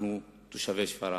אנחנו, תושבי שפרעם.